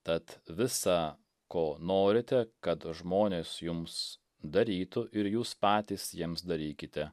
tad visa ko norite kad žmonės jums darytų ir jūs patys jiems darykite